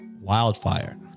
wildfire